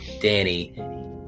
Danny